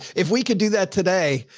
if we could do that today.